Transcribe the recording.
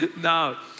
No